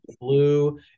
blue